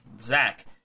Zach